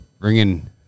bringing